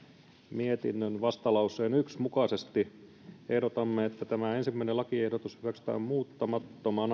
mietinnön vastalauseen yksi mukaisesti ehdotamme että tämä ensimmäinen lakiehdotus hyväksytään muuttamattomana